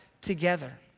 together